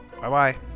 Bye-bye